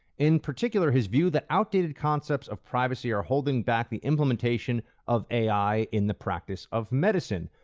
in particular, his view that outdated concepts of privacy are holding back the implementation of ai in the practice of medicine.